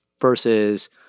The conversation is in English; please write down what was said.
versus